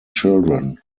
children